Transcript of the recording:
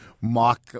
mock